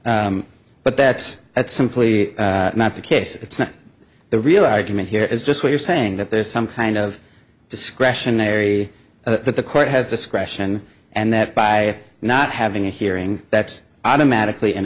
anyway but that's that's simply not the case it's not the real argument here is just what you're saying that there's some kind of discretionary that the court has discretion and that by not having a hearing that's either magically an